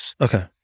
Okay